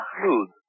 smooth